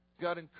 God